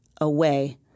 away